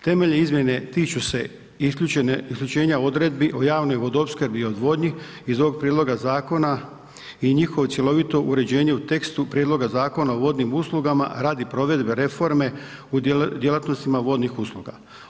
Temeljne izmjene tiču se isključenja odredbi o javnoj vodoopskrbi i odvodnji iz ovoga prijedloga zakona i njihovo cjelovito uređenje u tekstu prijedloga Zakona o vodnim uslugama radi provedbe reforme u djelatnostima vodnih usluga.